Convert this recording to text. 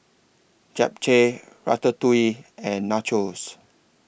Japchae Ratatouille and Nachos